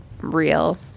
real